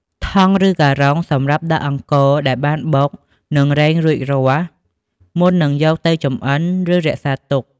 ថង់ ឬការ៉ុង គឺសម្រាប់ដាក់អង្ករដែលបានបុក និងរែងរួចរាល់ មុននឹងយកទៅចម្អិន ឬរក្សាទុក។